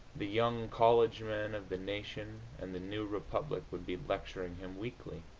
the young college men of the nation and the new republic would be lecturing him weekly.